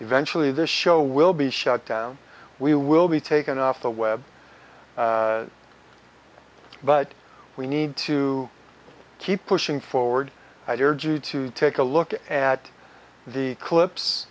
eventually this show will be shut down we will be taken off the web but we need to keep pushing forward i do urge you to take a look at the clips